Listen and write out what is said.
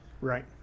Right